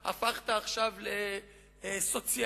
הוא פוחד שהוא יאיים עליו, הוא פוחד מהאיש